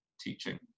teaching